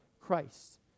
Christ